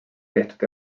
tehtud